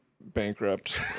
bankrupt